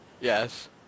Yes